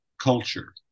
culture